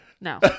No